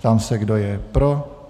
Ptám se, kdo je pro.